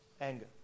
Anger